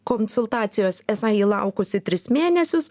konsultacijos esą ji laukusi tris mėnesius